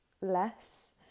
less